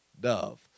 dove